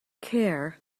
care